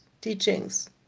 teachings